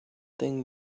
thing